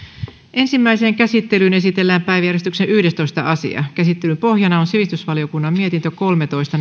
ensimmäiseen käsittelyyn esitellään päiväjärjestyksen yhdestoista asia käsittelyn pohjana on sivistysvaliokunnan mietintö kolmetoista